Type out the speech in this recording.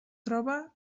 troba